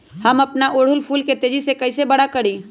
हम अपना ओरहूल फूल के तेजी से कई से बड़ा करी?